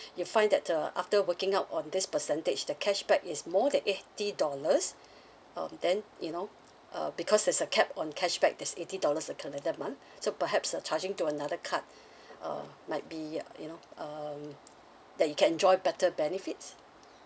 you find that uh after working out on this percentage the cashback is more than eighty dollars um then you know uh because there's a cap on cashback that's eighty dollars a calendar month so perhaps uh charging to another card uh might be you know um that you can enjoy better benefits